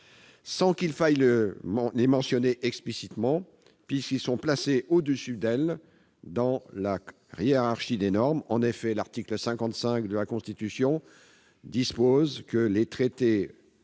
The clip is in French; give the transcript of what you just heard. sans qu'il faille les mentionner explicitement, puisque ceux-ci sont placés au-dessus d'elle dans la hiérarchie des normes. En effet, l'article 55 de la Constitution dispose que « les traités